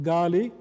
Gali